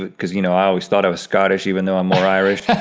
because you know, i always thought i was scottish even though i'm more irish.